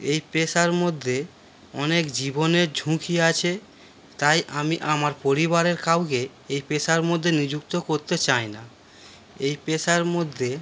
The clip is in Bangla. এই পেশার মধ্যে অনেক জীবনের ঝুঁকি আছে তাই আমি আমার পরিবারের কাউকে এই পেশার মধ্যে নিযুক্ত করতে চাই না এই পেশার মধ্যে